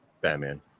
Batman